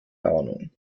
ahnung